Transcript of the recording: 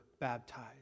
baptized